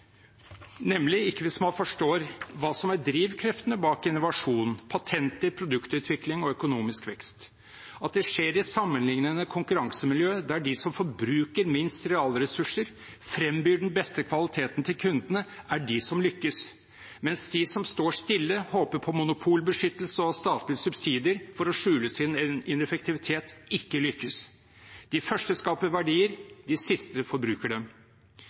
man ikke forstår hva som er drivkreftene bak innovasjon, patenter, produktutvikling og økonomisk vekst: at det skjer i et sammenlignende konkurransemiljø, der de som forbruker minst realressurser og frembyr den beste kvaliteten til kundene, er de som lykkes, mens de som står stille og håper på monopolbeskyttelse og statlige subsidier for å skjule sin ineffektivitet, ikke lykkes. De første skaper verdier, de siste forbruker dem.